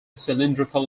cylindrical